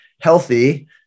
healthy